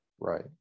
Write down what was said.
Right